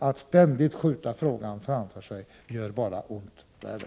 Att ständigt skjuta frågan framför sig gör bara ont värre.